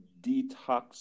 detox